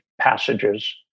passages